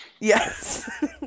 Yes